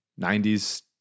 90s